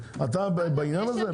אתה בעניין הזה?